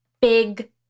big